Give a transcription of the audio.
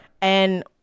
And-